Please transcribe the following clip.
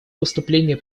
выступление